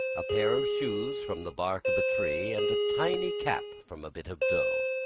a pair of shoes from the bark of a tree, and a tiny cap from a bit of dough.